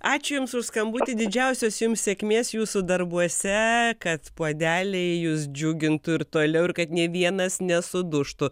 ačiū jums už skambutį didžiausios jums sėkmės jūsų darbuose kad puodeliai jus džiugintų ir toliau ir kad nė vienas nesudužtų